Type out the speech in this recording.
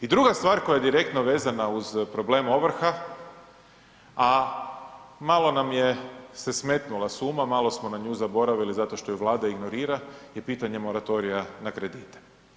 I druga stvar koja je direktno vezana uz problem ovrha, a malo nam se smetnula s uma, malo smo na nju zaboravili zato što ju Vlada ignorira je pitanje moratorija na kredite.